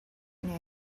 open